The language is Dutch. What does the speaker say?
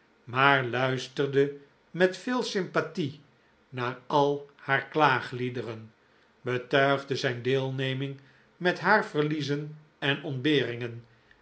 maar luisterde met veel sympathie naar al haar klaagliederen betuigde zijn deelneming met haar verliezen en ontberingen